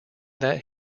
that